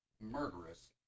murderous